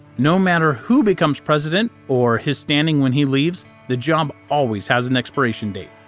no matter who becomes president, or his standing when he leaves, the job always has an expiration date.